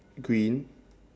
green